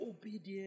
obedience